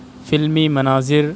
فلمی مناظر